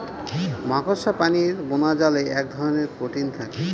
মাকড়সা প্রাণীর বোনাজালে এক ধরনের প্রোটিন থাকে